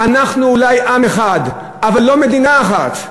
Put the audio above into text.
אנחנו אולי עם אחד, אבל לא מדינה אחת.